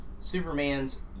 Superman's